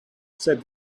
said